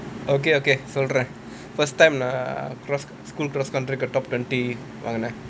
okay okay சொல்றேன்:solraen first time err cross school cross country top twenty வாங்குனேன்:vaangunaen